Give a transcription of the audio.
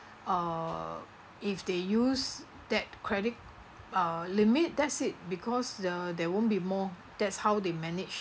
uh if they use that credit uh limit that's it because the there won't be more that's how they manage